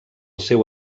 seu